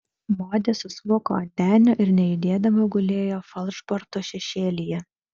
modė susmuko ant denio ir nejudėdama gulėjo falšborto šešėlyje